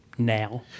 Now